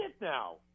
now